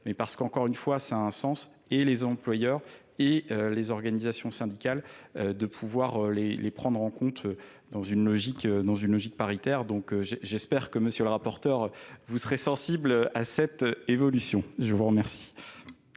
mais parce qu'encore une fois, cela a un sens. et les employeurs et les organisations syndicales de pouvoir les prendre en compte dans une logique dans une logique paritaire. Donc j'espère que M. le rapporteur vous serez sensible à cette évolution. Je vous remercie.